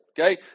okay